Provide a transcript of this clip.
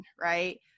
right